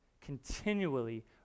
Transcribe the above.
continually